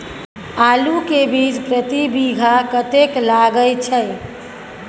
आलू के बीज प्रति बीघा कतेक लागय छै?